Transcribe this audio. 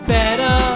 better